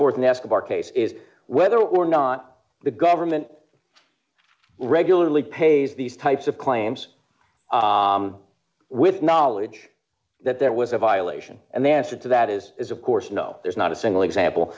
forth and asked our case is whether or not the government regularly pays d these types of claims with knowledge that there was a violation and then said so that is is of course no there's not a single example